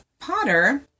Potter